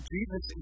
Jesus